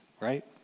right